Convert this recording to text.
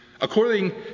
According